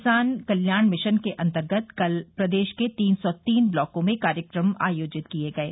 किसान कल्याण मिशन के अन्तर्गत कल प्रदेश के तीन सौ तीन ब्लाकों में कार्यक्रम आयोजित किये गये